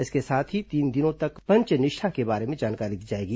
इसके साथ ही तीन दिनों तक पंच निष्ठा के बारे में जानकारी दी जाएगी